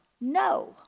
No